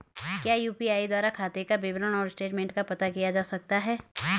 क्या यु.पी.आई द्वारा खाते का विवरण और स्टेटमेंट का पता किया जा सकता है?